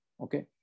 Okay